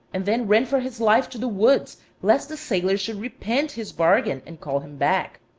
and then ran for his life to the woods lest the sailor should repent his bargain and call him back.